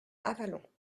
avallon